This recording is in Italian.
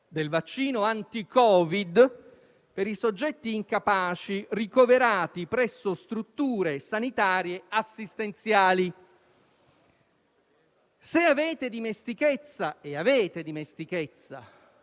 Se avete dimestichezza - e avete dimestichezza - con le norme che tutelano i più deboli, sapete certamente che questo argomento è stato già trattato